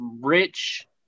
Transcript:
rich